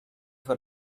for